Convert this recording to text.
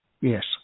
Yes